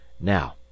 now